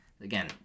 again